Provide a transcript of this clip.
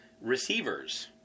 Receivers